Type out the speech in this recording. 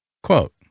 Quote